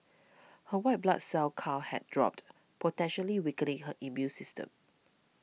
her white blood cell count had dropped potentially weakening her immune system